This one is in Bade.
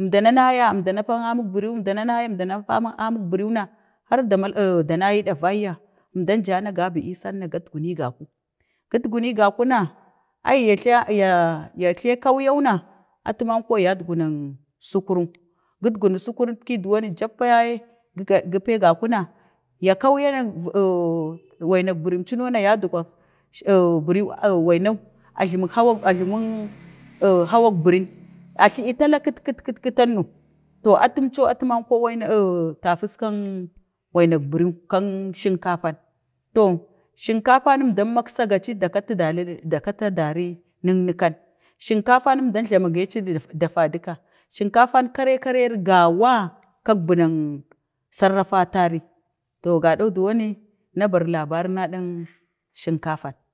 əmdana naya əmdana paw amin biriw, əmdan paw amin nik biriw na har da mu or da ne ni dukwang əmdan ba na gabi kaga na gadguni gaku, gadguni gaku na ai ya jla, ya, ya jla kaiyu na, atu manko yadgunan sikuru, gudgunu sikuritti za jappa ya ye ga pe ga ku na, ya kauya na ooh ooh wainak biriw əncuno na yadgwan, or biriw, or wainau, a jlamik hewak a jlamuk oh hewu birin, a jlamik tala katkitanno atum co, atu yau ooh, tapaskang wainak biriw kang sekatan, to sinkafanno əmdan maksagaci, dakati dali, dakati dari niknikan, sinkafanin əmda flama geci duk dafa-duka, sinkafan kare-kareri gawa kak bunang sarrafatari to gaɗan dowani na bari labari na dang sinkafan.